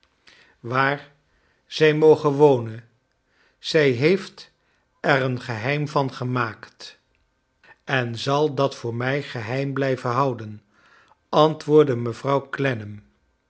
waar zij moge wonen zij heeft er een geheim van gemaakt en zal dat voor mij geheim blijven houdcn antwoordde mevrouw